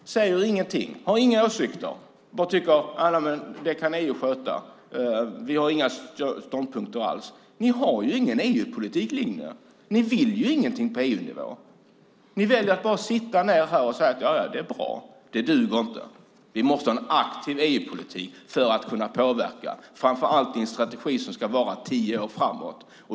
Han säger ingenting, har inga åsikter, tycker att EU kan sköta det, har inga ståndpunkter alls. Moderaterna har ingen linje för EU-politiken. De vill ingenting på EU-nivå. De väljer att sitta ned och bara säga jaja, det är bra. Det duger dock inte. Vi måste ha en aktiv EU-politik för att kunna påverka, särskilt med tanke på att strategin ska gälla tio år framåt.